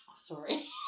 Sorry